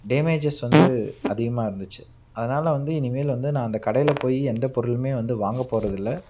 damages வந்து அதிகமாக இருந்துச்சு அதனால் வந்து இனிமேல் வந்து நான் அந்த கடையில் போய் எந்தப்பொருளுமே வந்து வாங்கப்போறதில்லை